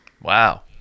Wow